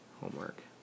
homework